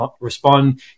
respond